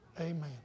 Amen